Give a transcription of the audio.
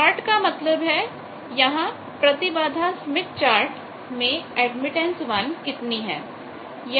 तो शार्ट का मतलब है यहां प्रतिबाधा स्मिथचार्ट में एडमिटेंस 1 कितनी है